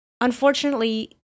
unfortunately